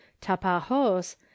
Tapajos